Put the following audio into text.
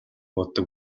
боддог